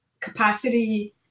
capacity